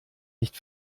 nicht